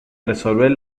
resolver